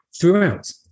Throughout